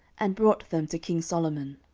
and brought them to king solomon.